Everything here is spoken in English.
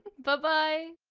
buh-bye!